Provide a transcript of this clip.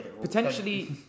potentially